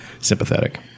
sympathetic